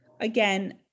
again